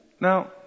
Now